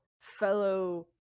fellow